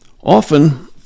Often